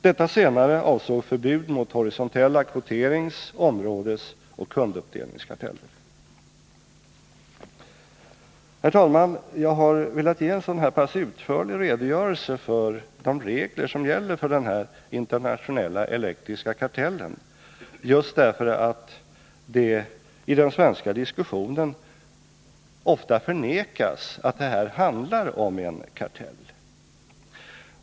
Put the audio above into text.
Detta senare avsåg förbud mot horisontella kvoterings-, områdesoch kunduppdelningskarteller. Herr talman! Jag har velat ge en så här utförlig redogörelse för de regler som gäller för denna internationella elektriska kartell därför att det i den svenska diskussionen ofta förnekas att det här handlar om en kartell.